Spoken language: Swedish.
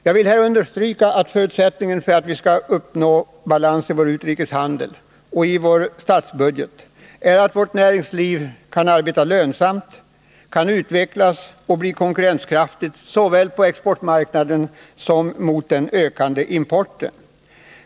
Jag vill här understryka att förutsättningen för att vi skall uppnå balans i vår utrikeshandel och i vår statsbudget är att vårt näringsliv kan arbeta lönsamt, utvecklas och bli konkurrenskraftigt såväl på exportmarknaden som gentemot den ökande importen.